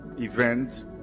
event